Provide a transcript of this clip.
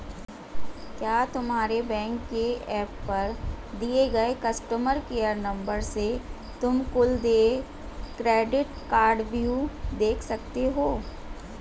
क्या तुम्हारे बैंक के एप पर दिए गए कस्टमर केयर नंबर से तुम कुल देय क्रेडिट कार्डव्यू देख सकते हो?